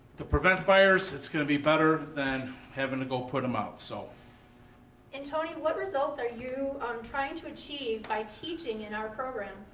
to prevent fires it's going to be better than having to go put them out. so and tony, what results are you um trying to achieve by teaching in our program.